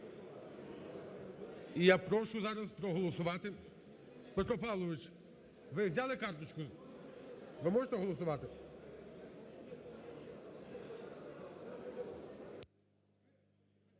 І я прошу зараз проголосувати, Петро Павлович, ви взяли карточку? Ви можете голосувати?